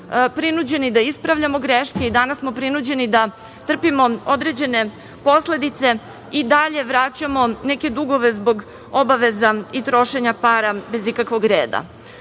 prinuđeni da ispravljamo greške i danas smo prinuđeni da trpimo određene posledice i dalje vraćamo neke dugove zbog obaveza i trošenja para bez ikakvog reda.